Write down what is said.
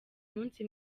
umunsi